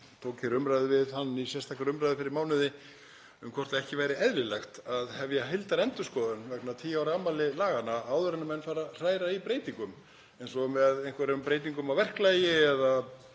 tók hér umræðu við hann í sérstakri umræðu fyrir mánuði um hvort ekki væri eðlilegt að hefja heildarendurskoðun vegna tíu ára afmælis laganna áður en menn fara að hræra í breytingum eins og með einhverjum breytingum á verklagi